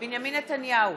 בנימין נתניהו,